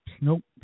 nope